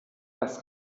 das